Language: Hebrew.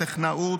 טכנאות,